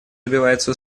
добивается